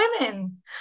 women